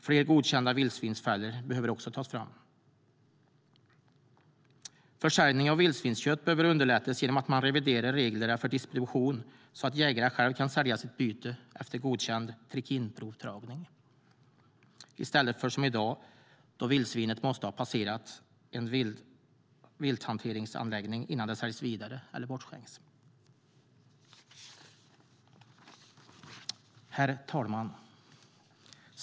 Fler godkända vildsvinsfällor behöver också tas fram. Försäljning av vildsvinskött behöver underlättas genom att man reviderar reglerna för distribution så att jägarna själva kan sälja sitt byte efter godkänd trikinprovtagning i stället för att det är som i dag, då vildsvinet måste ha passerat en vilthanteringsanläggning innan det säljs vidare eller bortskänks. Herr talman!